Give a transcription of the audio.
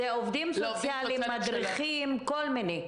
זה עובדים סוציאליים, מדריכים, כל מיני.